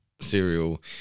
Cereal